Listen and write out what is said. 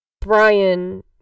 Brian